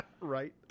Right